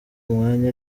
umwanya